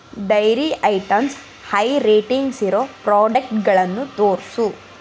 dairy items high ರೇಟಿಂಗ್ಸಿರೋ ಪ್ರೊಡಕ್ಟ್ಗಳನ್ನು ತೋರಿಸು